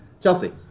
Chelsea